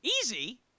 Easy